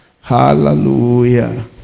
Hallelujah